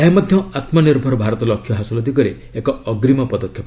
ଏହା ମଧ୍ୟ ଆତ୍ମନିର୍ଭର ଭାରତ ଲକ୍ଷ୍ୟ ହାସଲ ଦିଗରେ ଏକ ଅଗ୍ରିମ ପଦକ୍ଷେପ